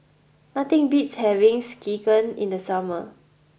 nothing beats having Sekihan in the summer